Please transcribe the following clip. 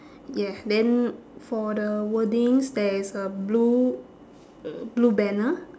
ya then for the wordings there is a blue uh blue banner